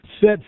set